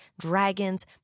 dragons